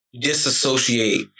disassociate